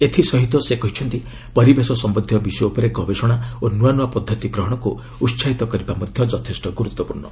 ଏଥିସହିତ ସେ କହିଛନ୍ତି ପରିବେଶ ସମ୍ୟନ୍ଧୀୟ ବିଷୟ ଉପରେ ଗବେଷଣା ଓ ନୂଆନୂଆ ପଦ୍ଧତି ଗ୍ରହଣକୁ ଉତ୍କାହିତ କରିବା ମଧ୍ୟ ଯଥେଷ୍ଟ ଗୁରୁତ୍ୱପୂର୍ଣ୍ଣ